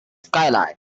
skylight